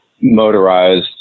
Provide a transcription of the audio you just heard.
motorized